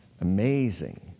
Amazing